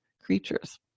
creatures